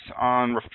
on